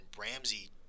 Ramsey